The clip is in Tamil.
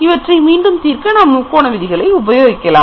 இதை தீர்க்க முக்கோண முறையில் உபயோகிக்கலாம்